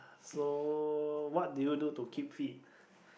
so what do you do to keep fit